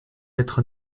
être